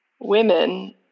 women